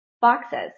boxes